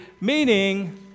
meaning